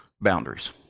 boundaries